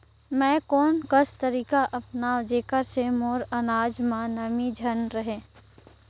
मैं कोन कस तरीका अपनाओं जेकर से मोर अनाज म नमी झन रहे?